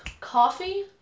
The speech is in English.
coffee